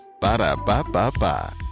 ba-da-ba-ba-ba